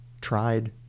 tried